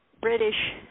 British